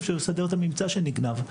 אי אפשר לסדר את הממצא שנגנב.